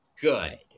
good